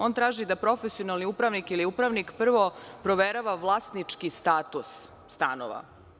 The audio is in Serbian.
On traži da profesionalni upravnik prvo proverava vlasnički status stanova.